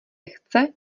chce